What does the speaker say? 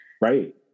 Right